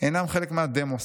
אינם חלק מהדמוס.